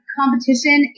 competition